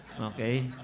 Okay